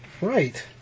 Right